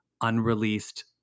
unreleased